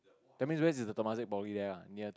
that mean is where is the Temasek Poly there lah near